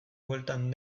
bueltan